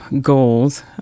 goals